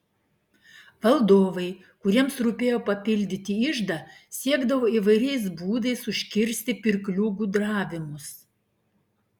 valdovai kuriems rūpėjo papildyti iždą siekdavo įvairiais būdais užkirsti pirklių gudravimus